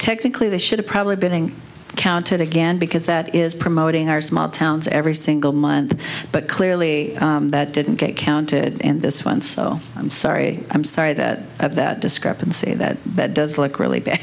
technically they should probably binning counted again because that is promoting our small towns every single month but clearly that didn't get counted in this once so i'm sorry i'm sorry that that discrepancy that that does look really bad